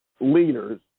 leaders